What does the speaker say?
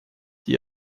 die